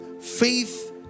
faith